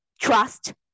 Trust